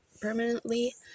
permanently